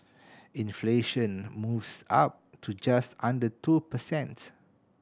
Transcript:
inflation moves up to just under two per cent